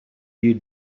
you